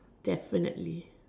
definitely